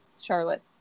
Charlotte